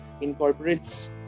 incorporates